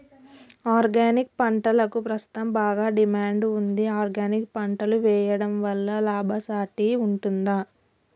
Organic పంటలకు ప్రస్తుతం బాగా డిమాండ్ ఉంది ఆర్గానిక్ పంటలు వేయడం వల్ల లాభసాటి ఉంటుందా?